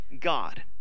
God